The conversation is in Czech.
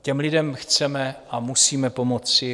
Těm lidem chceme a musíme pomoci.